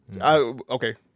Okay